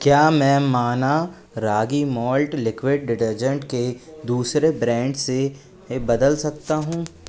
क्या मैं Manna ragi malt liquid detergent के दूसरे ब्रांड से बदल सकता हूँ